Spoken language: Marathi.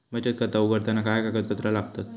बचत खाता उघडताना काय कागदपत्रा लागतत?